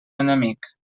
enemic